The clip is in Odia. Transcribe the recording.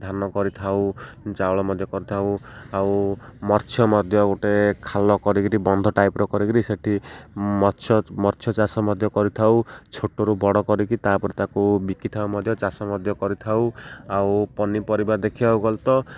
ଧାନ କରିଥାଉ ଚାଉଳ ମଧ୍ୟ କରିଥାଉ ଆଉ ମାଛ ମଧ୍ୟ ଗୋଟେ ଖାଲ କରିକିରି ବନ୍ଧ ଟାଇପ୍ର କରିକିରି ସେଇଠି ମାଛ ମାଛ ଚାଷ ମଧ୍ୟ କରିଥାଉ ଛୋଟରୁ ବଡ଼ କରିକି ତା'ପରେ ତାକୁ ବିକ୍ରି ଥାଉ ମଧ୍ୟ ଚାଷ ମଧ୍ୟ କରିଥାଉ ଆଉ ପନିପରିବା ଦେଖିବାକୁ ଗଲେ ତ